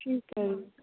ਠੀਕ ਹੈ ਜੀ